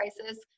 crisis